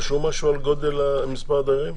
בתוך התקנות רשום משהו על מספר הדיירים?